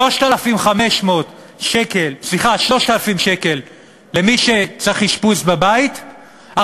3,000 שקל למי שצריך אשפוז בבית,